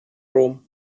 rom